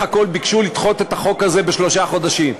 הכול ביקשו לדחות את החוק הזה בשלושה חודשים.